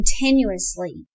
continuously